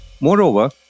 Moreover